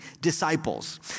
disciples